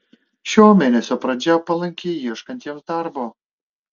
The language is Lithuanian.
šio mėnesio pradžia palanki ieškantiems darbo